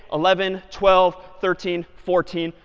eleven, twelve, thirteen, fourteen,